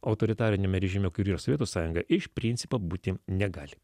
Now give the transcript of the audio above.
autoritariniame režime kur yra sovietų sąjunga iš principo būti negali